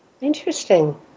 Interesting